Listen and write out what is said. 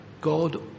God